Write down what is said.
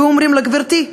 ואומרים לה: גברתי,